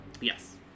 Yes